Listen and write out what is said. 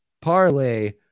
parlay